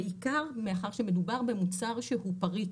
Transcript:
בעיקר מאחר ומדובר במוצר שהוא פריק